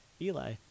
Eli